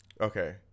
Okay